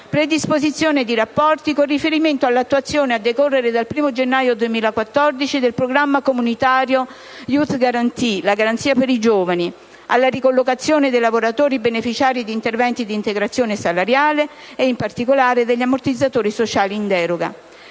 predisposizione di rapporti, con riferimento all'attuazione, a decorrere dal 1° gennaio 2014, del programma comunitario «Garanzia per i giovani» (*Youth Guarantee*), alla ricollocazione dei lavoratori beneficiari di interventi di integrazione salariale e, in particolare, degli ammortizzatori sociali in deroga.